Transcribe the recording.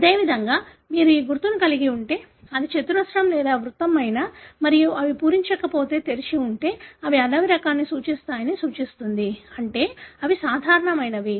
అదేవిధంగా మీరు ఈ గుర్తును కలిగి ఉంటే అది చతురస్రం లేదా వృత్తం అయినా మరియు అవి పూరించకపోతే తెరిచి ఉంటే అవి అడవి రకాన్ని సూచిస్తాయని సూచిస్తుంది అంటే అవి సాధారణమైనవి